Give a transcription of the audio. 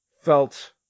felt